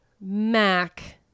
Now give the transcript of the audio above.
Mac